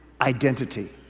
identity